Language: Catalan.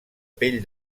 pell